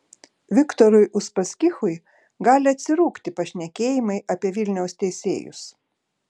viktorui uspaskichui gali atsirūgti pašnekėjimai apie vilniaus teisėjus